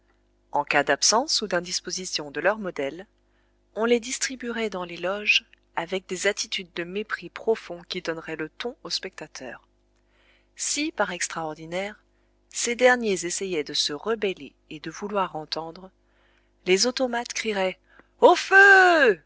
en cas d'absence ou d'indisposition de leurs modèles on les distribuerait dans les loges avec des attitudes de mépris profond qui donneraient le ton aux spectateurs si par extraordinaire ces derniers essayaient de se rebeller et de vouloir entendre les automates crieraient au feu